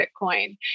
Bitcoin